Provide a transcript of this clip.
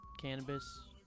cannabis